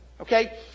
Okay